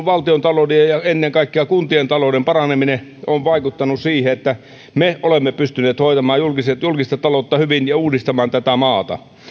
valtiontalouden ja ennen kaikkea kuntien talouden paraneminen on vaikuttanut siihen että me olemme pystyneet hoitamaan julkista julkista taloutta hyvin ja uudistamaan tätä maata